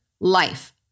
life